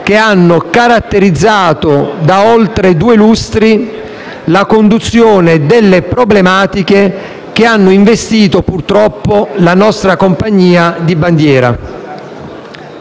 che hanno caratterizzato, da oltre due lustri, la conduzione delle problematiche che hanno investito, purtroppo, la nostra compagnia di bandiera.